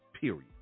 period